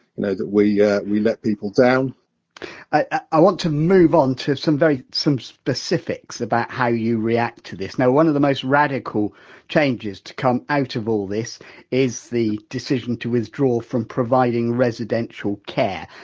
you know that we yeah we let people down i want to move onto some very. some specifics about how you react to this! now one of the most radical changes to come out of all this is the decision to withdraw from providing residential care.